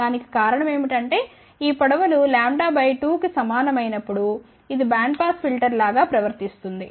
దానికి కారణం ఏమిటంటే ఈ పొడవులు λ 2 కు సమానమైనప్పుడు ఇది బ్యాండ్ పాస్ ఫిల్టర్ లాగా ప్రవర్తిస్తుంది